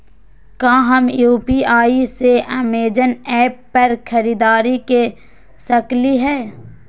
का हम यू.पी.आई से अमेजन ऐप पर खरीदारी के सकली हई?